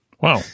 Wow